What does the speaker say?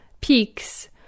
peaks